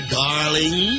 darling